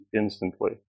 instantly